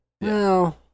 No